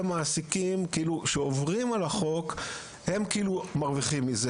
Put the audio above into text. מעסיקים שעוברים על החוק מרוויחים מזה.